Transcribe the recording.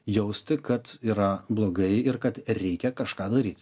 jausti kad yra blogai ir kad reikia kažką daryt